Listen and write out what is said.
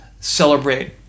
celebrate